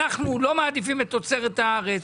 אנחנו לא מעדיפים את תוצרת הארץ.